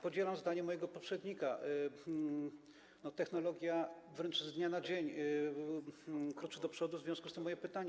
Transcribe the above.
Podzielam zdanie mojego poprzednika, że technologia wręcz z dnia na dzień kroczy do przodu, w związku z tym pytanie: